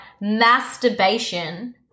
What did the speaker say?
Masturbation